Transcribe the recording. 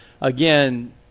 again